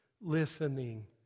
listening